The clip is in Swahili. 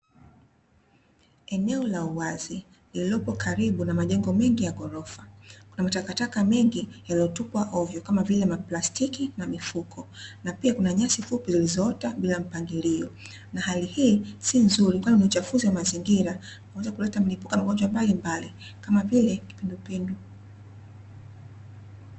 Eneo la uwazi, lililopo karibu na majengo mengi ya ghorofa. Kuna matakata mengi yaliyotupwa ovyo kama vile: maplastiki na mifuko. Na pia kuna nyasi fupi zilizoota bila mpangilio. Na hali hii si nzuri kwani ni uchafuzi wa mazingira, unaweza kuleta mlipuko wa magonjwa mbalimbali, kama vile kipindupindu.